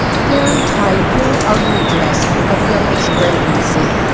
very tight, very ugly dress of yellowish-gray wincey.